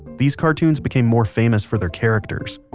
these cartoons became more famous for their characters.